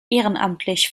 ehrenamtlich